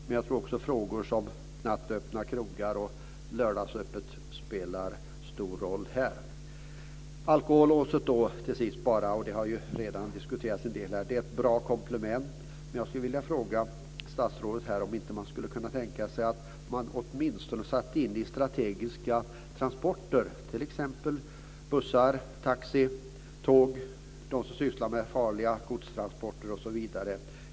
Men jag tror också att frågor som nattöppna krogar och lördagsöppet på Systemet spelar en stor roll. Alkolåset har redan diskuterats, och det är ett bra komplement. Men jag skulle vilja fråga statsrådet om han inte skulle kunna tänka sig att man åtminstone satte in det i strategiska transporter, t.ex. bussar, taxi, tåg och farliga godstransporter, osv.